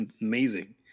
amazing